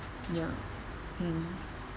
ya okay